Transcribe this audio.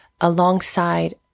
alongside